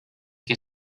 que